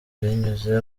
binyuze